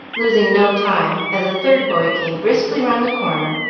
losing no time, as a third boy came briskly round the corner,